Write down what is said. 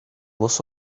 was